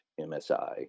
MSI